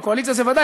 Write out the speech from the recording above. הקואליציה זה ודאי,